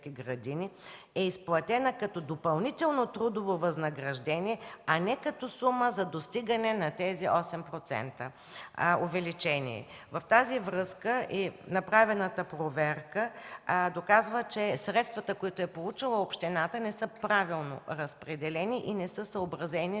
е изплатена като допълнително трудово възнаграждение, а не като сума за достигане на тези 8% увеличение. В тази връзка направената проверка доказва, че средствата, които е получила общината, не са правилно разпределени и не са съобразени